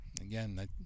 Again